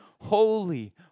Holy